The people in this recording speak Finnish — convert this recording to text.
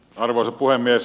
arvoisa puhemies